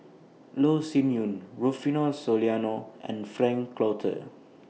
Loh Sin Yun Rufino Soliano and Frank Cloutier